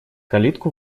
калитку